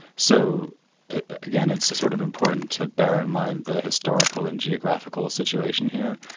so again, it's sort of important to bear in mind the historical and geographical situation here.